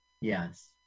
Yes